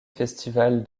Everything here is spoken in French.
festival